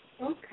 Okay